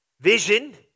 Vision